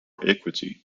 equity